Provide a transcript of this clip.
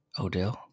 odell